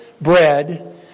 bread